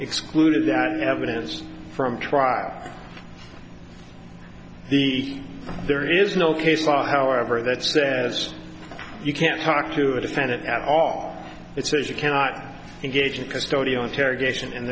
excluded evidence from trial the there is no case law however that says you can't talk to a defendant at all it says you cannot engage because gaudio interrogation and